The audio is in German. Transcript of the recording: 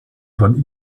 von